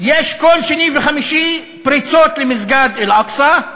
יש כל שני וחמישי פריצות למסגד אל-אקצא,